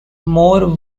more